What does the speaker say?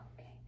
Okay